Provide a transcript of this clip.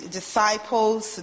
disciples